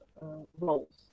roles